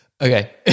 Okay